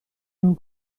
non